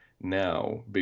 now